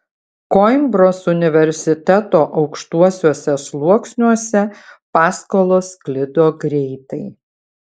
koimbros universiteto aukštuosiuose sluoksniuose paskalos sklido greitai